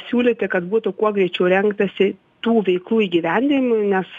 siūlyti kad būtų kuo greičiau rengtasi tų veiklų įgyvendinimui nes